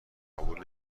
قبول